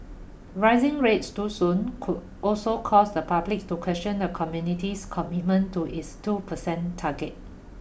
rising rates too soon could also cause the public to question the community's commitment to its two percent target